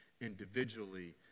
individually